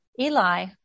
Eli